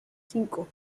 cinco